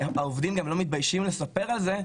שהעובדים גם לא מתביישים לספר על זה,